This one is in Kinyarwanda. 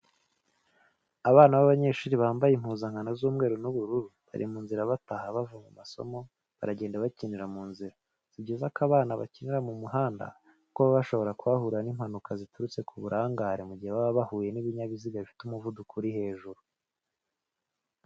Abana b'abanyeshuri bambaye impuzankano z'umweru n'ubururu bari mu nzira bataha bava mu masomo baragenda bakinira mu nzira, si byiza ko abana bakinira mu muhanda kuko bashobora kuhahurira n'impanuka ziturutse ku burangare mu gihe baba bahuye n'ibinyabiziga bifite umuvuduko uri hejuru.